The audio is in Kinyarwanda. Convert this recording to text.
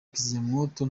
kizimyamwoto